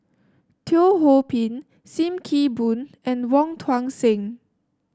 Teo Ho Pin Sim Kee Boon and Wong Tuang Seng